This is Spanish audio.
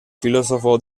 filósofo